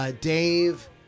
Dave